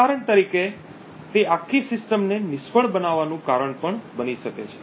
ઉદાહરણ તરીકે તે આખી સિસ્ટમને નિષ્ફળ બનાવવાનું કારણ પણ બની શકે છે